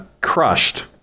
crushed